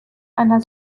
einer